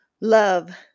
Love